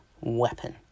weapon